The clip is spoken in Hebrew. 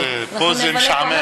פה זה משעמם.